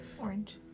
orange